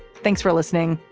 thanks for listening.